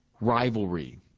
rivalry